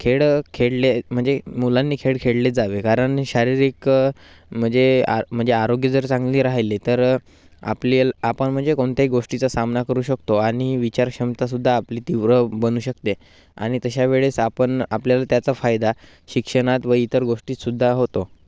खेळ खेळले म्हणजे मुलांनी खेळ खेळले जावे कारण शारीरिक म्हणजे आ म्हणजे आरोग्य जर चांगली राहिले तर आपल्याला आपण म्हणजे कोणत्याही गोष्टीचा सामना करू शकतो आणि विचारक्षमतासुद्धा आपली तीव्र बनू शकते आणि तशा वेळेस आपण आपल्याला त्याचा फायदा शिक्षणात व इतर गोष्टीत सुद्धा होतो